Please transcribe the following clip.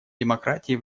демократии